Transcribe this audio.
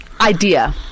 idea